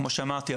כמו שאמרתי,